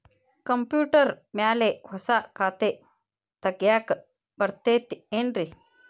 Computer ಮ್ಯಾಲೆ ಹೊಸಾ ಖಾತೆ ತಗ್ಯಾಕ್ ಬರತೈತಿ ಏನ್ರಿ?